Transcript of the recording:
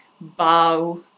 bow